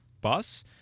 bus